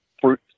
fruit